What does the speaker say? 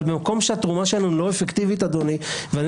אבל במקום שהתרומה שלנו היא לא אפקטיבית ואין